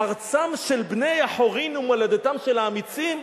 "ארצם של בני-החורין ומולדתם של האמיצים"?